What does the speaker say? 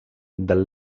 del